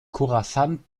chorasan